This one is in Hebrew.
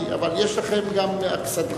אבל יש לכם גם אכסדרה.